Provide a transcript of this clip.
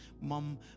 mom